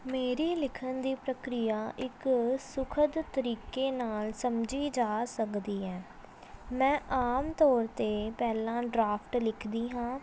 ਮੇਰੀ ਲਿਖਣ ਦੀ ਪ੍ਰਕਿਰਿਆ ਇੱਕ ਸੁਖਦ ਤਰੀਕੇ ਨਾਲ ਸਮਝੀ ਜਾ ਸਕਦੀ ਹੈ ਮੈਂ ਆਮ ਤੌਰ 'ਤੇ ਪਹਿਲਾਂ ਡਰਾਫਟ ਲਿਖਦੀ ਹਾਂ